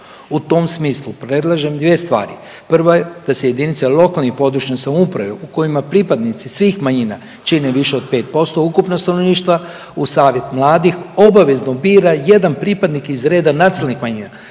U tom smislu, predlažem dvije stvari, prva je da se jedinice lokalne i područne samouprave u kojima pripadnici svih manjina čine više od 5% ukupnog stanovništva, u savjet mladih obavezno bira jedan pripadnik iz reda nacionalnih manjina